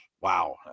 wow